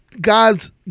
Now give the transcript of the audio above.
God's